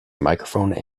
microphone